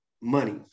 money